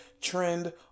trend